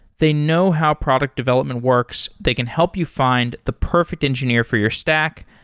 they know how product development works. they can help you find the perfect engineer for your stack,